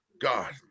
God